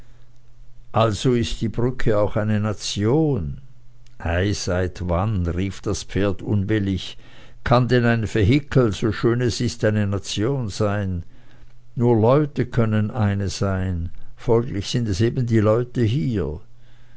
also ist die brücke auch eine nation ei seit wann rief das pferd unwillig kann denn ein vehikel so schön es ist eine nation sein nur leute können eine sein folglich sind es die leute hier